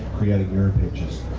creating urine patches.